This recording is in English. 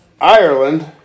Ireland